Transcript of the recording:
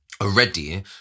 already